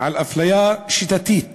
אפליה שיטתית